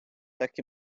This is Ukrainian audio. так